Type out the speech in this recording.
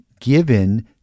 given